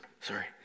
Sorry